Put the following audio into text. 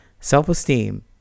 Self-esteem